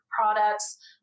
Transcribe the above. products